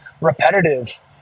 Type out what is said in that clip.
repetitive